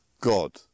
God